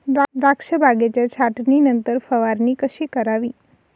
द्राक्ष बागेच्या छाटणीनंतर फवारणी कशी करावी?